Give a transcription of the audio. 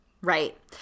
Right